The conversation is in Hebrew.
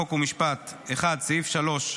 חוק ומשפט: סעיף 3,